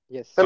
Yes